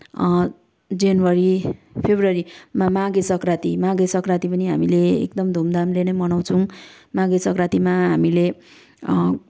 जनवरी फेब्रुवरीमा माघे सङ्क्रान्ति माघे सङ्क्रान्ति पनि हामीले एकदम धुमधामले नै मनाउँछौँ माघे सङ्क्रान्तिमा हामीले